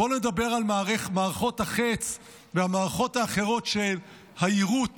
בואו נדבר על מערכות החץ והמערכות האחרות של היירוט